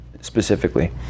specifically